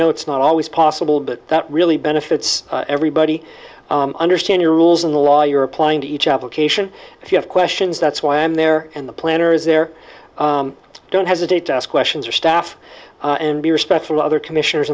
know it's not always possible but that really benefits everybody understand your rules and the law you're applying to each application if you have questions that's why i'm there and the planners there don't hesitate to ask questions or staff and be respectful of other commissioners